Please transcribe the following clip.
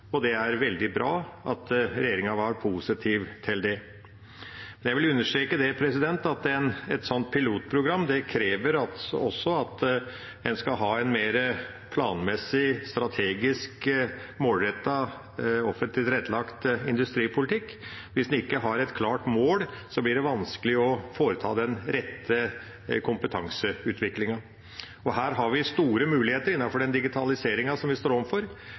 det er veldig bra at regjeringa var positiv til det. Jeg vil understreke at et sånt pilotprogram også krever at en skal ha en mer planmessig, strategisk, målrettet, offentlig tilrettelagt industripolitikk. Hvis en ikke har et klart mål, blir det vanskelig å foreta den rette kompetanseutviklingen. Her har vi store muligheter innenfor den digitaliseringen som vi står